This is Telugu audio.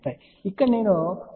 అయితే ఇక్కడ నేను 1